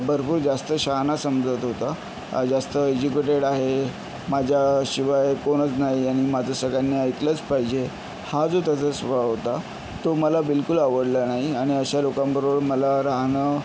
भरपूर जास्त शहाणा समजत होता जास्त एज्युकेटेड आहे माझ्याशिवाय कोणच नाही आणि माझं सगळ्यांनी ऐकलंच पाहिजे हा जो त्याचा स्वभाव होता तो मला बिलकूल आवडला नाही आणि अशा लोकांबरोबर मला राहणं